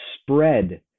spread